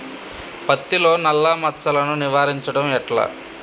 పత్తిలో నల్లా మచ్చలను నివారించడం ఎట్లా?